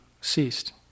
ceased